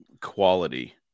quality